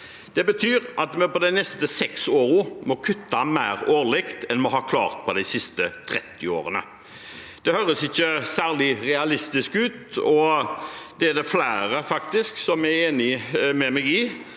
Det betyr at vi de neste seks årene må kutte mer årlig enn vi har klart de siste 30 årene. Det høres ikke særlig realistisk ut, og det er det faktisk flere som er enig med meg i.